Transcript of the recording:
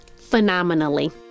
phenomenally